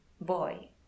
boy